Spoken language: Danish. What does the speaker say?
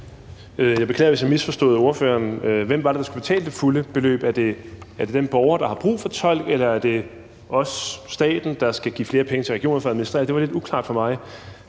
Jeg beklager det, hvis jeg misforstod ordføreren. Hvem var det, der skulle betale det fulde beløb? Er det den borger, der har brug for en tolk, eller er det os, staten, der skal give flere penge til regionerne for at få administreret det? Det var lidt uklart for mig.